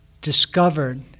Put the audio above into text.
discovered